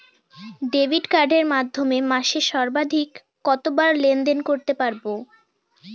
Debit কার্ডের মাধ্যমে মাসে সর্বাধিক কতবার লেনদেন করতে পারবো?